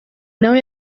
nawe